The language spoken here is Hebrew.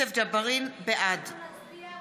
בעד להצביע,